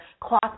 cloth